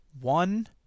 One